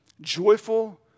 joyful